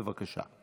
בבקשה.